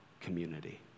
community